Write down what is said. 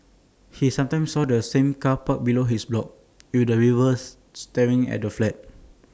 he sometimes saw the same car parked below his block with the rivers staring at their flat